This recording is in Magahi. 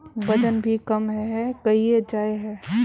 वजन भी कम है गहिये जाय है?